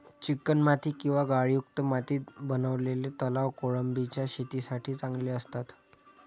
चिकणमाती किंवा गाळयुक्त मातीत बनवलेले तलाव कोळंबीच्या शेतीसाठी चांगले असतात